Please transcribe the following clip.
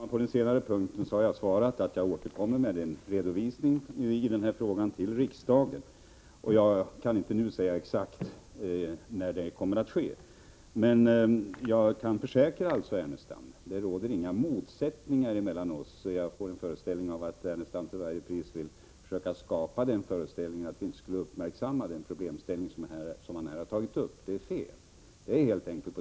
Herr talman! På den senaste frågan har jag svarat att jag återkommer till riksdagen med redovisning. Jag kan inte nu säga exakt när det kommer att ske. Jag kan försäkra Lars Ernestam att det inte råder någon motsättning mellan oss. Lars Ernestam försöker att till varje pris ge intryck av att vi inte uppmärksammar denna problemställning, men det är fel.